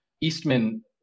Eastman